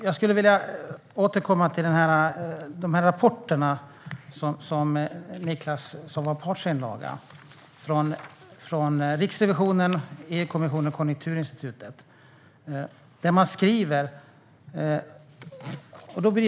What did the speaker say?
Jag skulle vilja återkomma till de rapporter från Riksrevisionen, EU-kommissionen och Konjunkturinstitutet som var en partsinlaga.